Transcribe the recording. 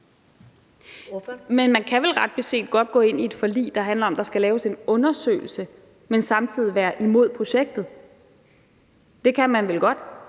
Men man kan vel ret beset godt gå ind i et forlig, der handler om, at der skal laves en undersøgelse, men samtidig være imod projektet – det kan man vel godt.